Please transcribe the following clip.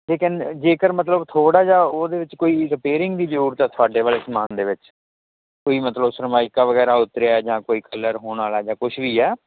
ਜੇ ਜੇਕਰ ਮਤਲਬ ਥੋੜਾ ਜਿਆ ਉਹਦੇ ਵਿੱਚ ਕੋਈ ਰਿਪੇਰਿੰਗ ਦੀ ਜਰੂਰਤ ਐ ਥੁਆਡੇ ਵਾਲੇ ਸਮਾਨ ਦੇ ਵਿੱਚ ਕੋਈ ਮਤਲਬ ਸਰਮਾਇਕਾ ਵਗੈਰਾ ਉੱਤਰਿਆ ਜਾਂ ਕੋਈ ਕਲਰ ਹੋਣ ਆਲਾ ਜਾਂ ਕੁਛ ਵੀ ਆ